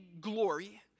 glory